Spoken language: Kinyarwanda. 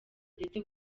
ndetse